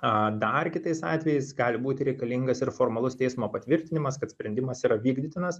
a dar kitais atvejais gali būti reikalingas ir formalus teismo patvirtinimas kad sprendimas yra vykdytinas